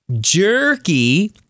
Jerky